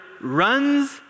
runs